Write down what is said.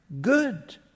good